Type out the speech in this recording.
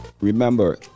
remember